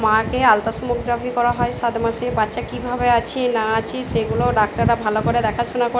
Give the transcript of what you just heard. মাকে আলটাসোনোগ্রাফ্রি করা হয় সাত মাসে বাচ্চা কীভাবে আছে না আছে সেগুলোও ডাক্তাররা ভালো করে দেখাশুনা করেন